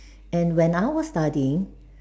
and when I was studying